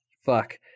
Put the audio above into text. fuck